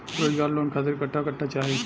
रोजगार लोन खातिर कट्ठा कट्ठा चाहीं?